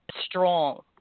strong